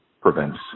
prevents